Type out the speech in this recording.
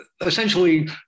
essentially